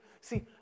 See